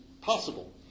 possible